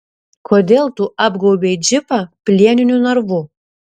kodėl tu apgaubei džipą plieniniu narvu